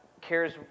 cares